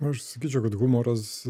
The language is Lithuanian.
aš sakyčiau kad humoras